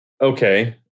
okay